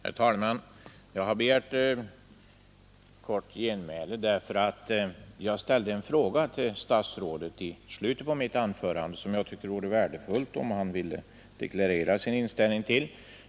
Herr talman! Jag har begärt kort genmäle därför att jag ställde en fråga till statsrådet Holmqvist i slutet på mitt anförande, vilken jag tycker att det vore värdefullt om han ville deklarera sin inställning till.